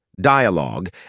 dialogue